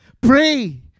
Pray